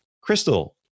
Crystal